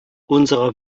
unserer